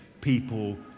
people